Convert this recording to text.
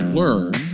learn